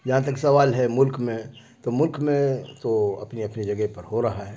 جہاں تک سوال ہے ملک میں تو ملک میں تو اپنی اپنی جگہ پر ہو رہا ہے